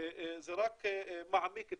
זה רק מעמיק את